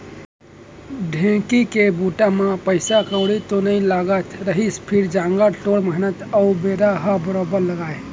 ढेंकी के बूता म पइसा कउड़ी तो नइ लागत रहिस फेर जांगर टोर मेहनत अउ बेरा ह बरोबर लागय